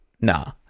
Nah